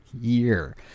year